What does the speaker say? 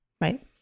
Right